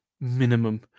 minimum